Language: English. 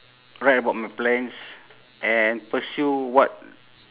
write about my plans and pursue what